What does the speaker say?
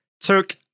took